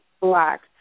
black